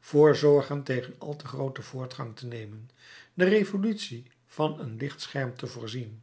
voorzorgen tegen al te grooten voortgang te nemen de revolutie van een lichtscherm te voorzien